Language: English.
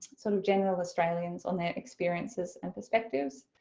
so general australians on their experiences and perspectives.